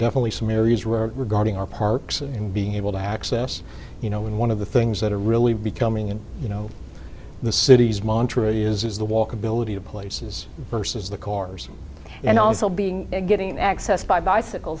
definitely some areas where regarding our parks and being able to access you know in one of the things that are really becoming and you know the city's monterey is the walkability of places versus the corps and also being getting access by bicycle